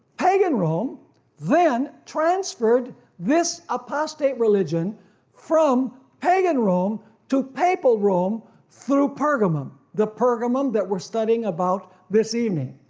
pagan rome then transferred this apostate religion from pagan rome to papal rome through pergamum. the pergamum that were studying about this evening.